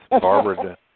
Barbara